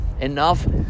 enough